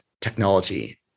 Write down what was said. technology